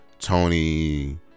Tony